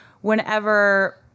whenever